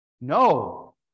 No